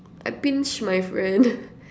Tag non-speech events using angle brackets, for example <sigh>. I pinched my friend <laughs>